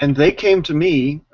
and they came to me,